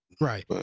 Right